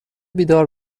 بیدار